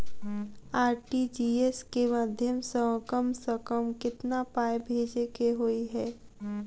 RTGS केँ माध्यम सँ कम सऽ कम केतना पाय भेजे केँ होइ हय?